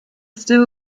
still